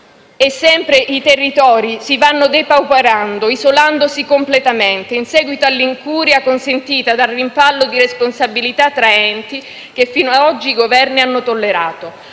e sempre più i territori si vanno depauperando, isolandosi completamente, in seguito all'incuria consentita dal rimpallo di responsabilità tra enti che fino a oggi i Governi hanno tollerato.